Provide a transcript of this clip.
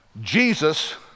Jesus